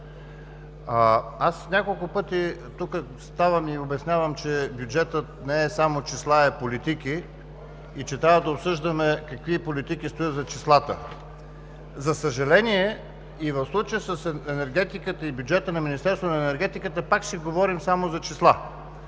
Няколко пъти ставам и обяснявам, че бюджетът не е само числа, а е и политики, и трябва да обсъждаме какви политики стоят зад числата. За съжаление, и в случая с бюджета на Министерството на енергетиката пак ще говорим само за числа.